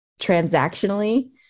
transactionally